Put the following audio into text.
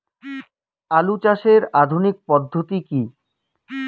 আলু চাষের আধুনিক পদ্ধতি কি?